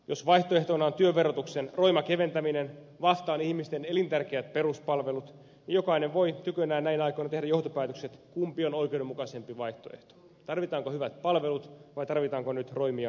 jos vaihtoehtona on työn verotuksen roima keventäminen vastaan ihmisten elintärkeät peruspalvelut niin jokainen voi tykönään näinä aikoina tehdä johtopäätökset kumpi on oikeudenmukaisempi vaihtoehto tarvitaanko hyvät palvelut vai tarvitaanko nyt roimia veronkevennyksiä